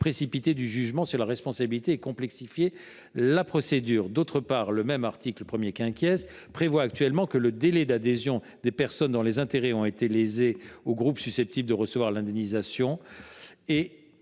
précipitée du jugement sur la responsabilité et complexifier la procédure. D’autre part, le même article 1 prévoit que le délai d’adhésion des personnes dont les intérêts ont été lésés au groupe susceptible de recevoir une indemnisation